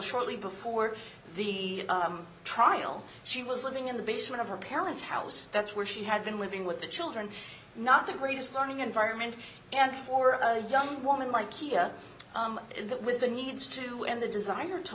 shortly before the trial she was living in the basement of her parents house that's where she had been living with the children nothing greatest learning environment and for a young woman like kiya in that with the needs to do and the desire to